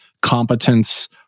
competence